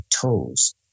toes